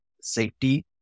safety